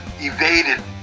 evaded